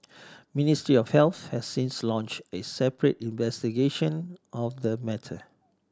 Ministry of Health has since launched a separate investigation of the matter